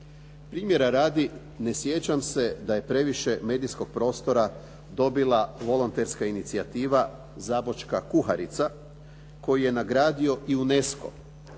Primjera radi, ne sjećam se da je previše medijskog prostora dobila volonterska inicijativa "Zabočka kuharica" koju je nagradio i UNESCO,